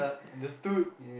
and the stool